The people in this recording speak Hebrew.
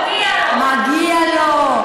מגיע לו.